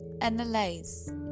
analyze